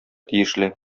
тиешле